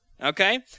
okay